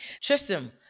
Tristan